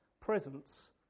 presence